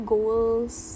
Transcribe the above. Goals